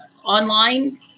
online